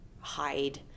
hide